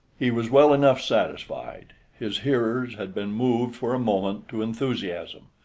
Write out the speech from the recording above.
he was well enough satisfied. his hearers had been moved for a moment to enthusiasm.